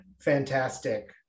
fantastic